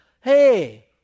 Hey